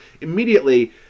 immediately